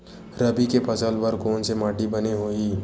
रबी के फसल बर कोन से माटी बने होही?